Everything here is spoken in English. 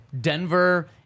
Denver